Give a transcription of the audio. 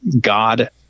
God